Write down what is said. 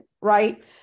right